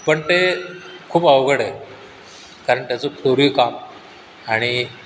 पण ते खूप अवघड आहे कारण त्याचं कोरीवकाम आणि